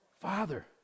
Father